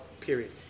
period